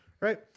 Right